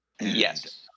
yes